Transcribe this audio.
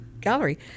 gallery